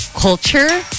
culture